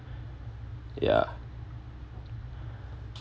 yeah